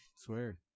swear